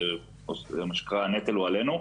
שמה שנקרא הנטל הוא עלינו.